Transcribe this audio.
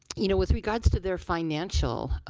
you know with regards to their financial